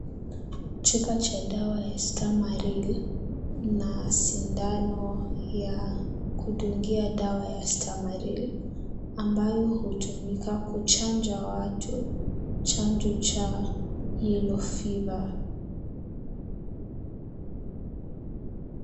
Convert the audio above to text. Chupa cha dawa ya stamaryl na sindano ya kudungia dawa ya stamaryl ambayo hutumika kuchanja watu chanjo cha yellow fever .